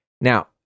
Now